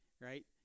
right